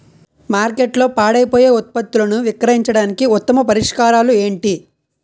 మార్కెట్లో పాడైపోయే ఉత్పత్తులను విక్రయించడానికి ఉత్తమ పరిష్కారాలు ఏంటి?